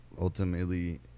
ultimately